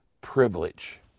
privilege